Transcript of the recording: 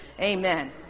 Amen